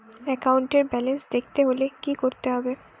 একাউন্টের ব্যালান্স দেখতে হলে কি করতে হবে?